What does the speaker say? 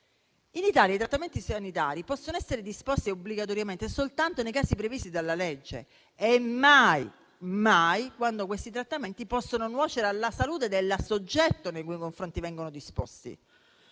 si applicano a tutti - possono essere disposti obbligatoriamente soltanto nei casi previsti dalla legge e mai quando essi possono nuocere alla salute del soggetto nei cui confronti vengono disposti.